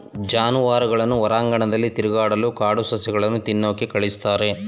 ಜಾನುವಾರುಗಳನ್ನ ಹೊರಾಂಗಣದಲ್ಲಿ ತಿರುಗಾಡಲು ಕಾಡು ಸಸ್ಯಗಳನ್ನು ತಿನ್ನೋಕೆ ಕಳಿಸ್ತಾರೆ